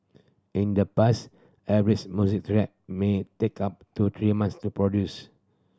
in the past every music track may take up to three months to produce